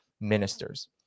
ministers